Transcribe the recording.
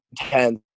intense